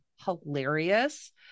hilarious